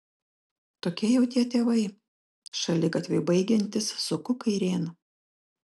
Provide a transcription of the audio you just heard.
tokie jau tie tėvai šaligatviui baigiantis suku kairėn